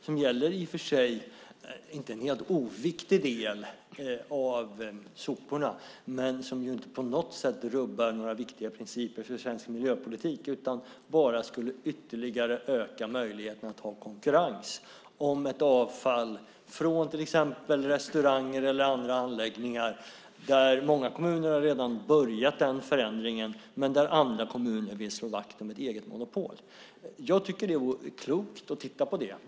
Det gäller i och för sig en inte helt oviktig del av soporna, men det rubbar inte på något sätt några viktiga principer för svensk miljöpolitik. Detta skulle bara ytterligare öka möjligheterna till konkurrens om avfall från till exempel restauranger eller andra anläggningar. Många kommuner har redan börjat den förändringen, men andra kommuner vill slå vakt om ett eget monopol. Jag tycker att det vore klokt att titta på det här.